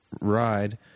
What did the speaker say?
ride